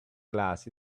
class